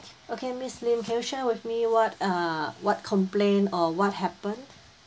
okay miss lim can you share with me what uh what complain or what happened